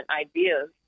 ideas